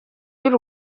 y’u